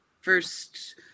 first